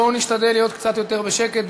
בואו נשתדל להיות קצת יותר בשקט,